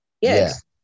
yes